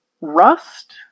Rust